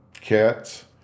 Cats